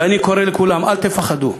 אני קורא לכולם, אל תפחדו,